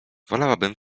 wolałabym